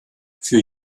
für